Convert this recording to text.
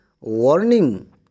warning